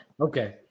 Okay